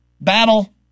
Battle